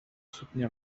soutenir